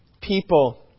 people